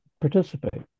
participate